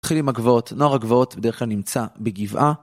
נתחיל עם הגבעות, נוער הגבעות בדרך כלל נמצא בגבעה.